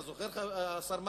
אתה זוכר, השר מרגי?